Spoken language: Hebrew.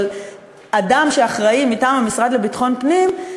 אבל אדם שאחראי מטעם המשרד לביטחון פנים,